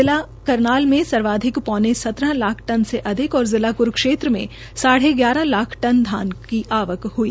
जिला करनाल में सर्वाधिक पौने सत्रह लाख टन अधिक जिला क्रूक्षेत्र में साढ़े ग्यारह लाख टन धान की आवक हई